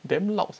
damn loud